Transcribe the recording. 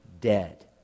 dead